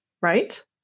right